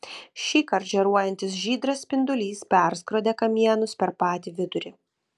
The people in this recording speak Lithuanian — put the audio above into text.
šįkart žėruojantis žydras spindulys perskrodė kamienus per patį vidurį